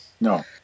No